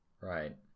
Right